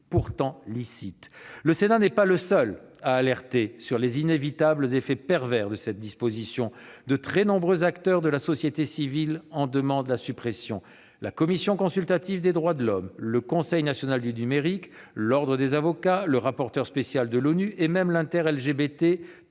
pourtant licites. Le Sénat n'est pas le seul à alerter sur les inévitables effets pervers de cette disposition. De très nombreux acteurs de la société civile en demandent la suppression : la Commission nationale consultative des droits de l'homme, le Conseil national du numérique, l'ordre des avocats, le rapporteur spécial de l'ONU, et même l'Inter-LGBT